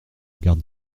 gare